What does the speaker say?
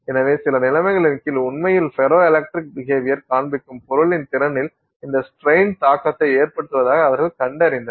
எனவே சில நிலைமைகளின் கீழ் உண்மையில் ஃபெரோ எலக்ட்ரிக் பிஹேவியர் காண்பிக்கும் பொருளின் திறனில் இந்த ஸ்ட்ரெயின் தாக்கத்தை ஏற்படுத்துவதாக அவர்கள் கண்டறிந்தனர்